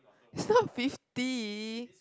it's not fifty